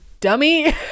dummy